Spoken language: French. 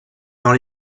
dans